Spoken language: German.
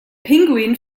pinguin